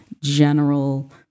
general